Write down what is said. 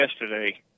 yesterday